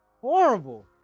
horrible